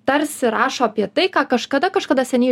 tarsi rašo apie tai ką kažkada kažkada seniai